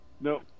Nope